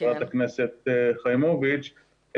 ח"כ חיימוביץ'',